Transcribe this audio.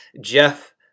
Jeff